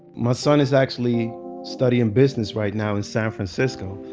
my son is actually studying business right now in san francisco.